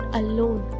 alone